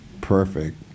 Perfect